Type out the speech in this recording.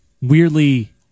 weirdly